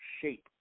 shape